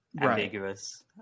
ambiguous